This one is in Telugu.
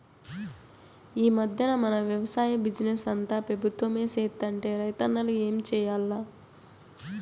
ఈ మధ్దెన మన వెవసాయ బిజినెస్ అంతా పెబుత్వమే సేత్తంటే రైతన్నలు ఏం చేయాల్ల